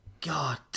God